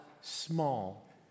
small